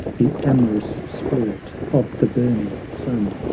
the amorous spirit of the burning sun,